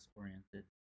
oriented